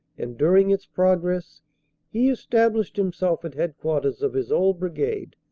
and during its progress he established himself at headquarters of his old brigade,